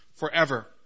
Forever